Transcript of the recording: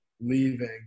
leaving